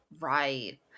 Right